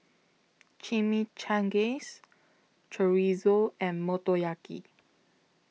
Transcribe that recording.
Chimichangas Chorizo and Motoyaki